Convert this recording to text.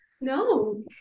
No